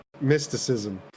mysticism